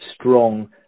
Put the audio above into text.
strong